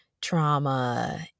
trauma